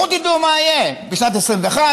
לכו תדעו מה יהיה בשנת 2021,